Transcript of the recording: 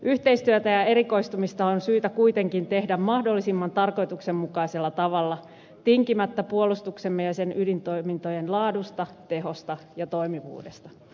yhteistyötä ja erikoistumista on syytä kuitenkin tehdä mahdollisimman tarkoituksenmukaisella tavalla tinkimättä puolustuksemme ja sen ydintoimintojen laadusta tehosta ja toimivuudesta